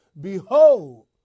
Behold